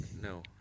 no